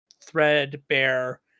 threadbare